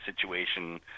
situation